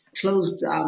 closed –